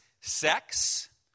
Sex